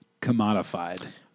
commodified